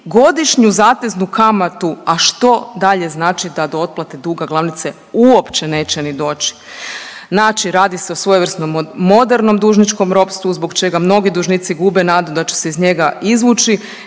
godišnju zateznu kamatu, a što dalje znači da do otplate duga glavnice uopće neće ni doći. Znači radi se o svojevrsnom modernom dužničkom ropstvu zbog čega mnogi dužnici gube nadu da će se iz njega izvući